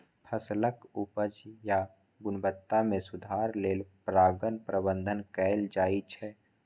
फसलक उपज या गुणवत्ता मे सुधार लेल परागण प्रबंधन कैल जाइ छै